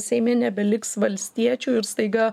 seime nebeliks valstiečių ir staiga